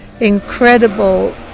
incredible